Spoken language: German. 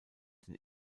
den